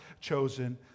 chosen